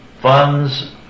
funds